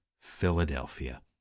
Philadelphia